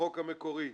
בחוק המקורי.